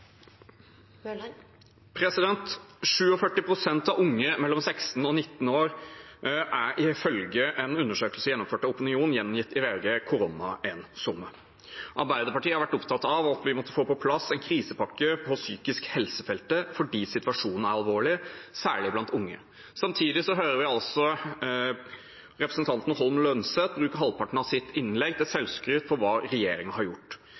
ifølge en undersøkelse gjennomført av Opinion gjengitt i VG. Arbeiderpartiet har vært opptatt av at vi måtte få på plass en krisepakke på psykisk helse-feltet fordi situasjonen er alvorlig, særlig blant unge. Samtidig hører vi representanten Holm Lønseth bruke halvparten av sitt innlegg til selvskryt av hva regjeringen har gjort.